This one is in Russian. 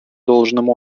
должным